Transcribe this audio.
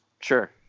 sure